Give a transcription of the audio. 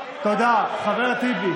תודה, חבר הכנסת טיבי.